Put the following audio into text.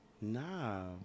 Nah